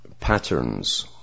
patterns